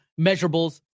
measurables